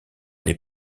les